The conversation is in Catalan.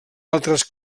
altres